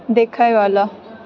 देखएवला